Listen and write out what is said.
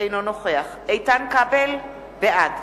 אינו נוכח איתן כבל, בעד